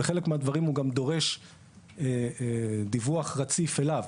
בחלק מהדברים הוא גם דורש דיווח רציף אליו.